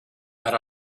that